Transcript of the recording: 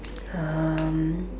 um